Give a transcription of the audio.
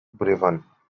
brévannes